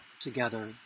together